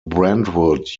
brentwood